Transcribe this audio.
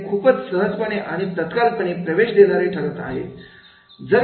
हे खूपच सहजपणे आणि तत्काल पणे प्रवेश देणारे ठरत आहे